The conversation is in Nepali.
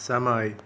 समय